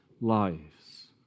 lives